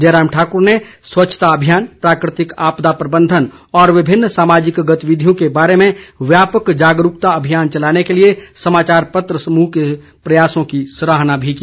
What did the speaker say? जयराम ठाकुर ने स्वच्छता अभियान प्राकृतिक आपदा प्रबंधन और विभिन्न सामाजिक गतिविधियों के बारे में व्यापक जागरूकता अभियान चलाने के लिए समाचार पत्र समूह के प्रयासों की सराहना भी की